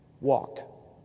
Walk